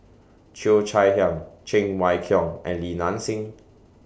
Cheo Chai Hiang Cheng Wai Keung and Li Nanxing